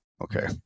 okay